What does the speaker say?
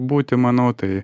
būti manau tai